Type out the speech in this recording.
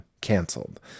canceled